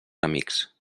amics